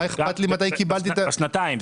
מה אכפת לי מתי קיבלתי --- זה שנתיים,